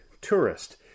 tourist